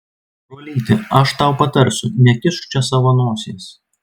brolyti aš tau patarsiu nekišk čia savo nosies